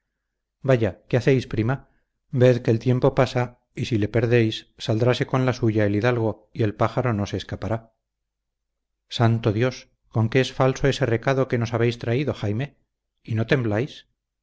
vaya qué hacéis prima ved que el tiempo pasa y si le perdéis saldráse con la suya el hidalgo y el pájaro no se escapará santo dios con que es falso ese recado que nos habéis traído jaime y no tembláis